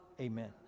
Amen